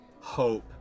hope